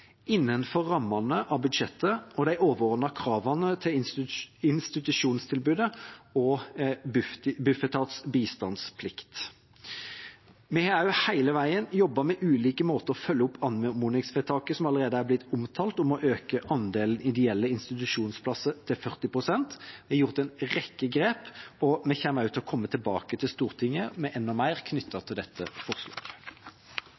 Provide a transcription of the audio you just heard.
innenfor rammene av budsjettet, de overordnede kravene til institusjonstilbudet og Bufetats bistandsplikt. Vi har også hele veien jobbet med ulike måter å følge opp anmodningsvedtaket som allerede er blitt omtalt, om å øke andelen ideelle institusjonsplasser til 40 pst. Vi har gjort en rekke grep, og vi kommer til å komme tilbake til Stortinget med enda mer